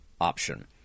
option